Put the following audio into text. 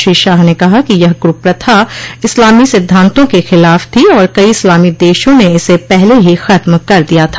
श्री शाह ने कहा कि यह कुप्रथा इस्लामी सिद्धान्तों के खिलाफ थी और कई इस्लामी देशों ने इसे पहले ही खत्म कर दिया था